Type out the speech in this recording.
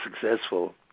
successful